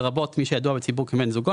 לרבות מי שידוע בציבור כבן זוגו,